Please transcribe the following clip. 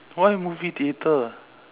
why movie theatre